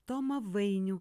tomą vainių